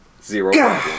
zero